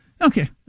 Okay